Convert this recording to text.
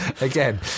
again